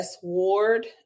sward